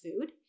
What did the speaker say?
food